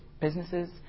businesses